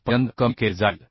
78 पर्यंत कमी केले जाईल